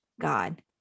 God